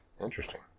Interesting